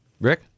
rick